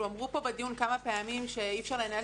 אמרו פה בדיון כמה פעמים שאי-אפשר לנהל